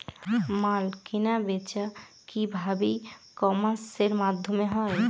মাল কেনাবেচা কি ভাবে ই কমার্সের মাধ্যমে হয়?